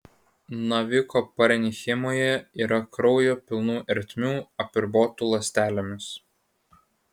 naviko parenchimoje yra kraujo pilnų ertmių apribotų ląstelėmis